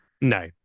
no